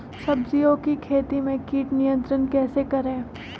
सब्जियों की खेती में कीट नियंत्रण कैसे करें?